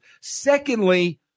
Secondly